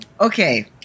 Okay